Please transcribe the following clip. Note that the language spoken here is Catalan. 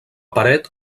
paret